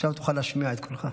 עכשיו תוכל להשמיע את קולך.